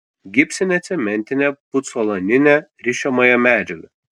gipsinę cementinę pucolaninę rišamąją medžiagą